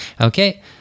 Okay